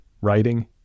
Writing